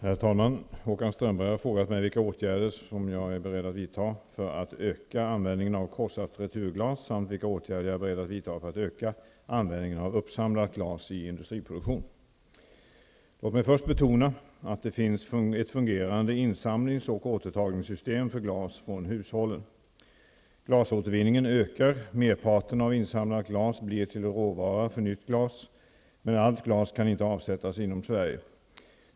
Herr talman! Håkan Strömberg har frågat mig vilka åtgärder jag är beredd att vidta för att öka användningen av krossat returglas samt vilka åtgärder jag är beredd att vidta för att öka användningen av uppsamlat glas i industriproduktion. Låt mig först betona att det finns ett fungerande insamlings och återtagningssystem för glas från hushållen. Glasåtervinningen ökar. Merparten av insamlat glas blir till råvara för nytt glas men allt glas kan inte avsättas inom Sverige.